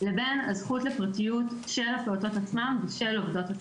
לבין הזכות לפרטיות של הפעוטות עצמם ושל העובדות.